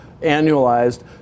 annualized